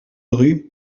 rue